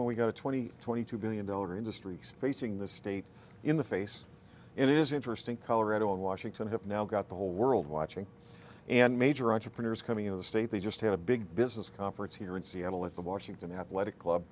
when we got to twenty twenty two billion dollar industry facing this state in the face and it is interesting colorado and washington have now got the whole world watching and major entrepreneurs coming in the state they just had a big business conference here in seattle at the washington athletic club